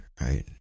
right